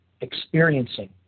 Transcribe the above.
experiencing